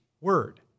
Word